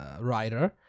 writer